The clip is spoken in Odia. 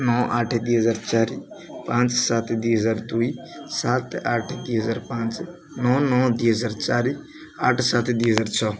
ନଅ ଆଠ ଦୁଇ ହଜାର ଚାରି ପାଞ୍ଚ ସାତ ଦୁଇ ହଜାର ଦୁଇ ସାତ ଆଠେ ଦୁଇ ହଜାର ପାଞ୍ଚ ନଅ ନଅ ଦୁଇ ହଜାର ଚାରି ଆଠ ସାତ ଦୁଇ ହଜାର ଛଅ